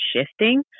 shifting